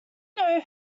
know